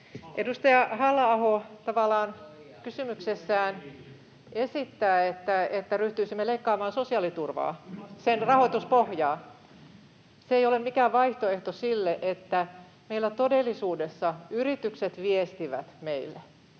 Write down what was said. Edustaja Halla-aho tavallaan kysymyksessään esittää, että ryhtyisimme leikkaamaan sosiaaliturvaa, sen rahoituspohjaa. Se ei ole mikään vaihtoehto sille, että meillä todellisuudessa yritykset viestivät meille,